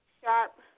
sharp